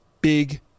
big